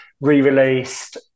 re-released